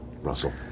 Russell